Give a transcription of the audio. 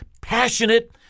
passionate